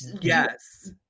yes